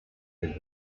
polar